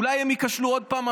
אולי הם ייכשלו עוד פעם?